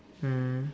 mm